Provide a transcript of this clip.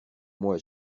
moi